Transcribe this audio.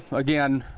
again,